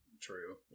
true